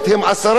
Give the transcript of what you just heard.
פי-שניים.